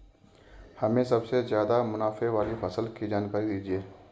हमें सबसे ज़्यादा मुनाफे वाली फसल की जानकारी दीजिए